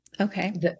Okay